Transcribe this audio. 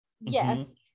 Yes